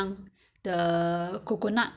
we need to buy the coconut that's all